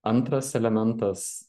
antras elementas